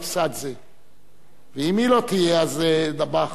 ואם היא לא תהיה, אז דבאח יהיה הנואם הבא.